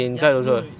ya no eh